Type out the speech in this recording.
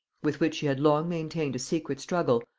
with which she had long maintained a secret struggle,